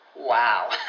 Wow